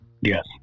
Yes